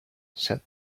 said